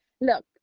Look